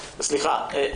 סליחה,